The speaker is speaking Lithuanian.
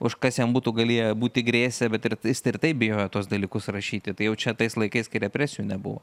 už kas jam būtų galėję būti grėsė bet jis ir taip bijojo tuos dalykus rašyti tai jau čia tais laikais kai represijų nebuvo